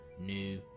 new